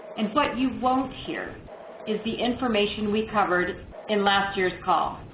and what you won't hear is the information we covered in last year's call.